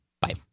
Bye